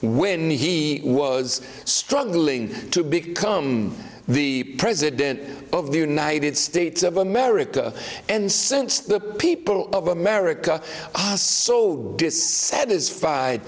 when he was struggling to become the president of the united states of america and since the people of america was so dissatisfied